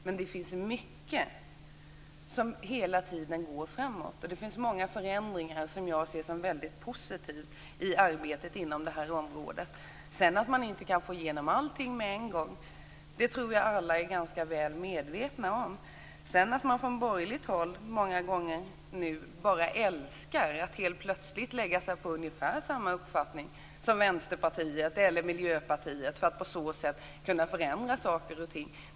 Men det finns mycket som hela tiden går framåt, och det är många förändringar som jag ser som väldigt positiva i arbetet inom det här området. Att man sedan inte kan få igenom allting på en gång tror jag att alla är ganska väl medvetna om. Från borgerligt håll börjar man nu många gånger helt plötsligt att bara älska att lägga sig på ungefär samma uppfattning som Vänsterpartiet eller Miljöpartiet för att på så sätt kunna förändra saker och ting.